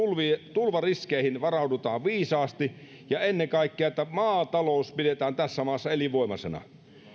tulvariskeihin varaudutaan viisaasti ja ennen kaikkea että maatalous pidetään tässä maassa elinvoimaisena